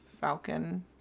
Falcon